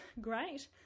great